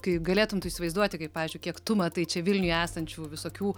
kai galėtum tu įsivaizduoti kaip pavyzdžiui kiek tu matai čia vilniuje esančių visokių